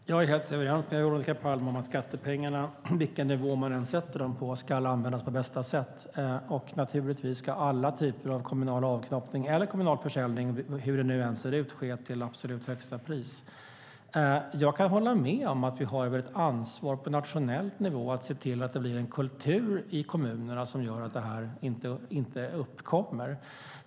Fru talman! Jag är helt överens med Veronica Palm om att skattepengarna, vilken nivå man än har dem på, ska användas på bästa sätt. Naturligtvis ska alla typer av kommunal avknoppning eller kommunal försäljning, hur den än ser ut, ske till absolut högsta pris. Jag kan hålla med om att vi har ett ansvar på nationell nivå att se till att det blir en kultur i kommunerna som gör att detta inte uppkommer.